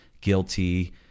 Guilty